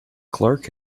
clark